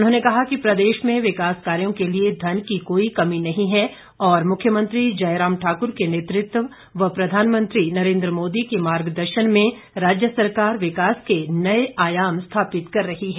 उन्होंने कहा कि प्रदेश में विकास कार्यों के लिए धन की कोई कमी नहीं हैं और मुख्यमंत्री जयराम ठाकुर के नेतृत्व व प्रधानमंत्री नरेंद्र मोदी के मार्ग दर्शन में राज्य सरकार विकास के नए आयाम स्थापित कर रही है